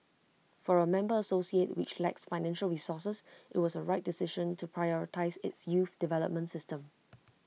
for A member association which lacks financial resources IT was A right decision to prioritise its youth development system